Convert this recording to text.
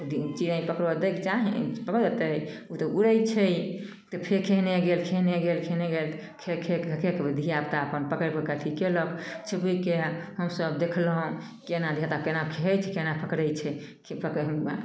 चिड़ै पकड़ऽ दै चाहे पकड़ऽ देतै ओ तऽ उड़ै छै तऽ फेर खेहने गेल खेहने गेल खेहने गेल खेह खेहकऽ धिआपुता अपन पकड़िकऽ अथी कएलक छुपकिके हमसभ देखलहुँ कोना धिआपुता कोना खेहै छै कोना पकड़ै छै